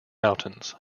mountains